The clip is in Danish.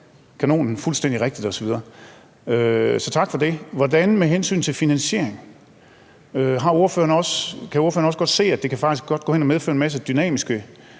kanonen fuldstændig rigtigt osv. Så tak for det. Hvordan med hensyn til finansiering? Kan ordføreren også se, at det faktisk godt kan gå hen og medføre en masse dynamiske,